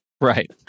Right